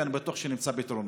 ואני בטוח שנמצא פתרונות.